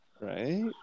right